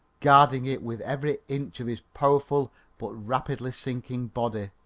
guarding it with every inch of his powerful but rapidly sinking body,